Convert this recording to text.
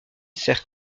sert